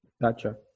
Gotcha